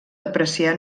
apreciar